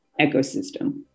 ecosystem